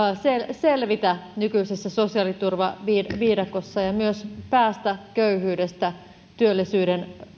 selvitä nykyisessä sosiaaliturvaviidakossa ja myös päästä köyhyydestä työllisyyden